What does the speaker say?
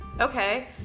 okay